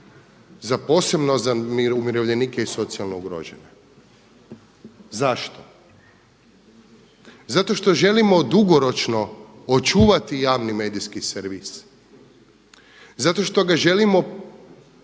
posebno za umirovljenike i socijalno ugrožene. Zašto? Zato što želimo dugoročno očuvati javni medijski servis zato što ga želimo